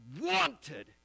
wanted